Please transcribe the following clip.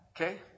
Okay